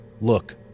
look